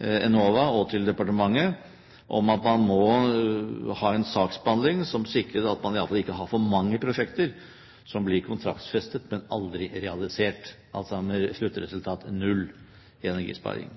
Enova og til departementet om at man må ha en saksbehandling som sikrer at man iallfall ikke har for mange prosjekter som blir kontraktsfestet, men aldri realisert, altså med sluttresultat null i energisparing.